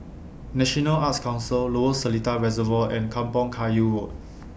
National Arts Council Lower Seletar Reservoir and Kampong Kayu Road